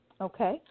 Okay